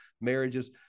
marriages –